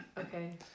Okay